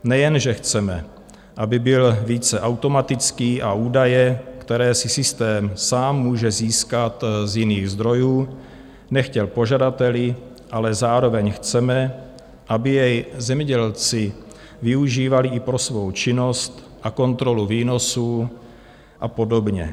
Nejen že chceme, aby byl více automatický a údaje, které si systém sám může získat z jiných zdrojů, nechtěl po žadateli, ale zároveň chceme, aby jej zemědělci využívali i pro svou činnost a kontrolu výnosů a podobně.